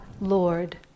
Lord